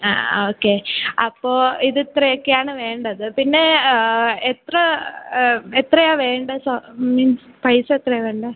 ആ ഓക്കെ അപ്പോൾ ഇത് ഇത്രയും ഒക്കെയാണ് വേണ്ടത് പിന്നെ എത്ര എത്രയാണ് വേണ്ടത് സ മീൻസ് പൈസ എത്രയാണ് വേണ്ടത്